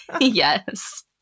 Yes